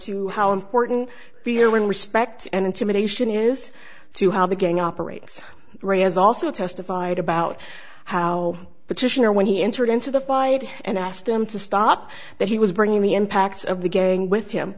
to how important feel and respect and intimidation is to how beginning operates ray has also testified about how petitioner when he entered into the fight and asked them to stop that he was bringing the impacts of the gang with him